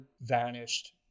vanished